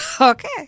Okay